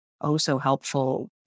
oh-so-helpful